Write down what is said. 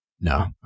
No